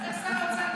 איך שר אוצר,